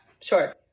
Sure